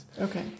okay